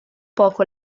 poco